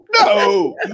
No